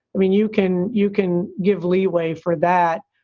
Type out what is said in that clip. i mean, you can you can give leeway for that.